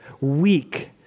weak